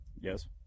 Yes